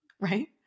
right